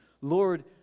Lord